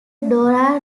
dora